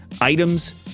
items